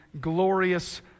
glorious